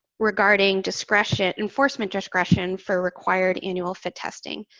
regarding discretion enforcement discretion for required annual fit testing,